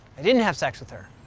i didn't have sex with her.